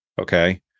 Okay